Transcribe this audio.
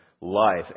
life